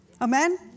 Amen